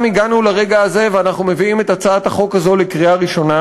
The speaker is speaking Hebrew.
הגענו לרגע הזה ואנחנו מביאים את הצעת החוק הזאת לקריאה ראשונה.